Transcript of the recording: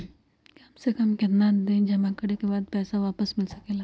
काम से कम केतना दिन जमा करें बे बाद पैसा वापस मिल सकेला?